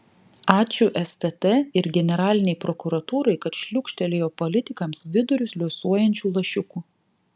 ačiū stt ir generalinei prokuratūrai kad šliūkštelėjo politikams vidurius liuosuojančių lašiukų